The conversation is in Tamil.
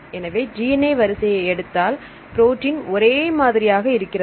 எனவே DNA வரிசையை எடுத்தால் புரோட்டின் ஒரே மாதிரியாக இருக்கிறது